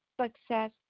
success